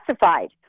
classified